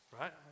right